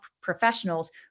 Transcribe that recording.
professionals